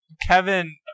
Kevin